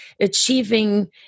achieving